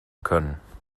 können